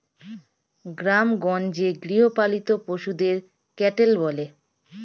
গ্রামেগঞ্জে গৃহপালিত পশুদের ক্যাটেল বলে